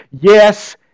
Yes